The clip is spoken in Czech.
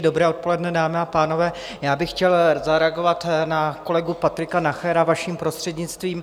Dobré odpoledne, dámy a pánové, já bych chtěl zareagovat na kolegu Patrika Nachera, vaším prostřednictvím.